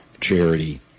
charity